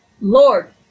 Lord